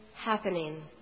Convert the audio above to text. happening